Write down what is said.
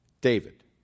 David